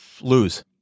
lose